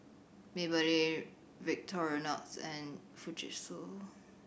Maybelline Victorinox and Fujitsu